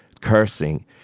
cursing